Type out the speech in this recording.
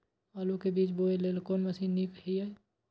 आलु के बीज बोय लेल कोन मशीन नीक ईय?